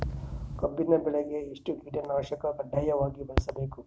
ಕಬ್ಬಿನ್ ಬೆಳಿಗ ಎಷ್ಟ ಕೀಟನಾಶಕ ಕಡ್ಡಾಯವಾಗಿ ಬಳಸಬೇಕು?